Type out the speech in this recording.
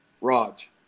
Raj